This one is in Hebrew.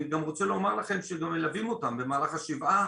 אני רוצה גם לומר לכם שמלווים אותם במהלך השבעה,